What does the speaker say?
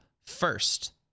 first